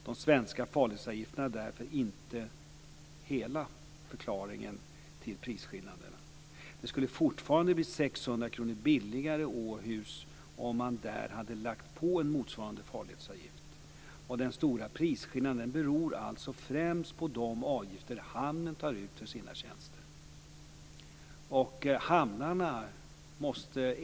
De svenska farledsavgifterna är därför inte hela förklaringen till prisskillnaderna. Det skulle fortfarande bli 600 kr billigare i Åhus om man där hade lagt på en motsvarande farledsavgift. Den stora prisskillnaden beror alltså främst på de avgifter hamnen tar ut för sina tjänster.